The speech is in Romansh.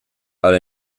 alla